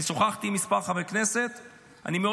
אני שוחחתי עם מספר חברי כנסת.